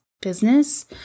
business